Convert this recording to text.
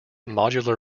modular